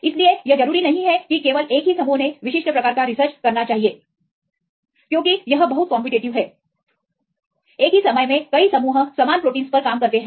इसलिए यह जरूरी नहीं है कि केवल एक ही समूह ने विशिष्ट प्रकार का रिसर्च करना चाहिए क्योंकि यह बहुत कॉम्पिटेटिव है एक ही समय में कई समूह समान प्रोटीनस पर काम करते हैं